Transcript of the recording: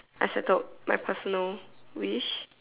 I settled my personal wish